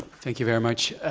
thank you very much.